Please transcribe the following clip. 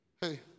Hey